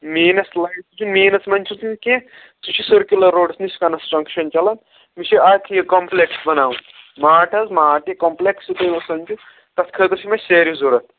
main یۅس light چھِ مینَس منٛز چھُس کیٚنٛہہ سُہ چھُ سٔرکیوٗلَر روڈَس نِش کَنسٹرٛکشَن چَلان مےٚ چھِ اَکھ یہِ کَمپُلیکٕس بَناوُن مارٹ حظ مارٹ یہِ کَمپُلیکٕس تۄہہِ آسَن چھُ تَتھ خٲطرٕ چھِ مےٚ سیرَ ضروٗرت